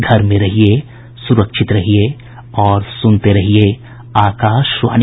घर में रहिये सुरक्षित रहिये और सुनते रहिये आकाशवाणी